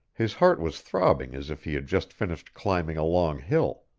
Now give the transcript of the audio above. his heart was throbbing as if he had just finished climbing a long hill.